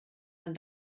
man